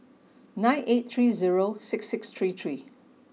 nine eight three zero six six three three